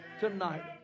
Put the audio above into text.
tonight